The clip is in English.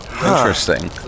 Interesting